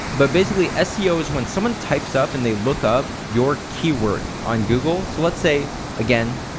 but basically ah seo is when someone types up and they look up your key word on google. so let's say again,